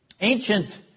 Ancient